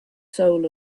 soul